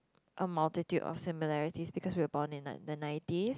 a multitude of similarities because we are born in like in the nineties